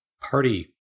party